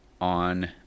on